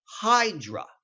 Hydra